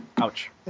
Ouch